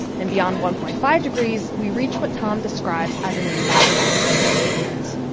and beyond one point five degrees, we reach what tom describes as an environmental tipping point.